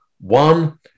One